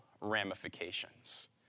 ramifications